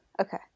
Okay